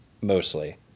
Mostly